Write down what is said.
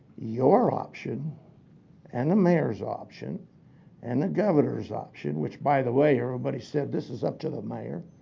your option and the mayor's option and the governor's option, which, by the way, everybody said this is up to the mayor.